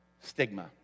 stigma